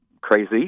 crazy